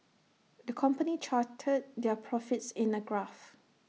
the company charted their profits in A graph